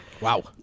Wow